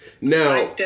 Now